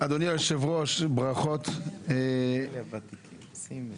אדוני היושב-ראש, שיהיה בהצלחה, בעזרת השם.